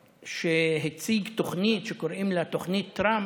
שהציג תוכנית שקוראים לה "תוכנית טראמפ"